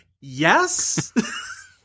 yes